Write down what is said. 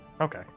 Okay